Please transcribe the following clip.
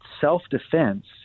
self-defense